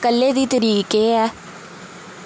कल्लै दी तरीक केह् ऐ